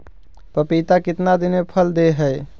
पपीता कितना दिन मे फल दे हय?